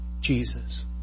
Jesus